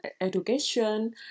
education